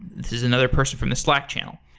this is another person from the slack channel.